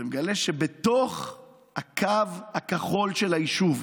ומגלה שבתוך הקו הכחול של היישוב,